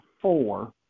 four